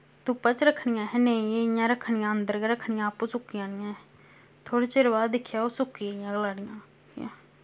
धुप्पा च रक्खनियां अहें नेईं एह् इयां रक्खनियां अंदर गै रक्खनियां आपूं सुक्की जानियां थोह्ड़े चिर बाद दिक्खेआ ओह् सुक्की गेइयां कलाड़ियां